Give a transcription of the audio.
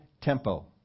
Tempo